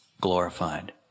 glorified